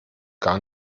gar